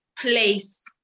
place